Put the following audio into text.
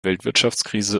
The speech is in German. weltwirtschaftskrise